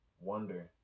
Wonder